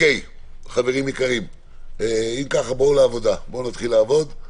חברים יקרים, אם ככה, בואו נתחיל לעבוד.